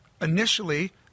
initially